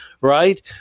right